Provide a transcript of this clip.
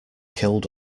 killed